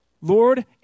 Lord